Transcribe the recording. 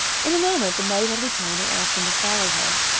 in a moment the maid had returned and asked them to follow her.